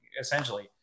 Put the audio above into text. essentially